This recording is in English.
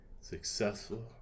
successful